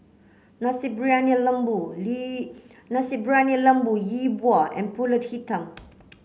Nasi Briyani Lembu Nasi Briyani Lembu Yi Bua and Pulut Hitam